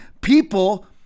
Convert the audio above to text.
people